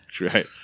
right